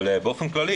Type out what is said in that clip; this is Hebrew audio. אבל באופן כללי,